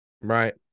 Right